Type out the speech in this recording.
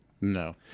No